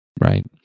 Right